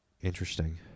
Interesting